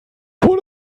von